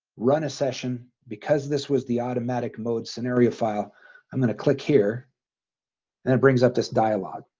run a session because this was the automatic mode scenario file i'm going to click here and it brings up this dialog,